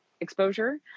exposure